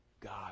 God